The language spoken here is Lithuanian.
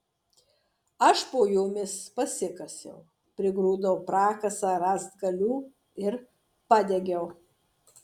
aš po jomis pasikasiau prigrūdau prakasą rąstgalių ir padegiau